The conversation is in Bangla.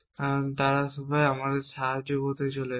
কারণ তারা সবাই আমাদের সাহায্য করতে চলেছে